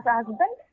husband